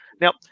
now